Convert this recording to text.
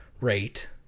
rate